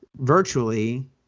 virtually